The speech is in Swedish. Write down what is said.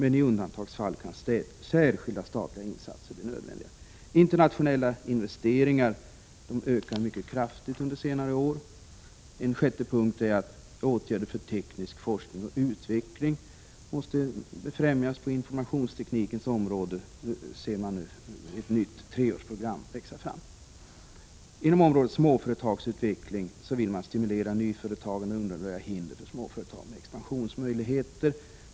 I undantagsfall kan särskilda statliga insatser bli nödvändiga. De internationella investeringarna har ökat mycket kraftigt under senare år. En sjätte punkt handlar om att åtgärder för teknisk forskning och utveckling måste befrämjas på informationsteknikens område. Där ser man nu ett nytt treårsprogram växa fram. Inom området småföretagsutveckling vill man stimulera nyföretagandet och undanröja hinder för småföretag med expansionsmöjligheter.